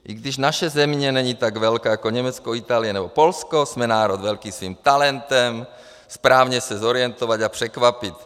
I když naše země není tak velká jako Německo, Itálie nebo Polsko, jsme národ velký svým talentem správně se zorientovat a překvapit.